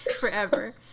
forever